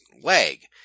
leg